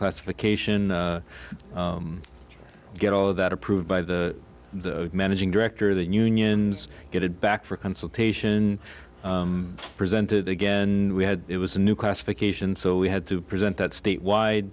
reclassification get all of that approved by the managing director of the unions get it back for consultation presented again we had it was a new classification so we had to present that statewide